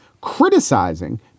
criticizing